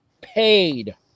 paid